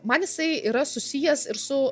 man jisai yra susijęs ir su